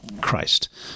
Christ